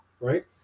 right